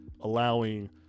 allowing